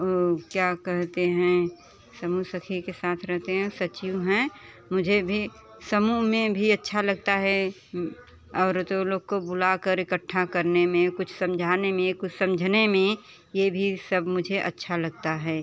ओ क्या कहते हैं समूह सखी के साथ रहते हैं सचिव है मुझे भी समूह में भी अच्छा लगता है और दो लोग को बुलाकर इकट्ठा करने में कुछ समझाने में कुछ समझने में ये भी ये सब मुझे अच्छा लगता है